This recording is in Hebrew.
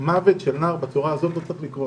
מוות של נער בצורה הזאת לא צריך לקרות.